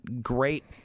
great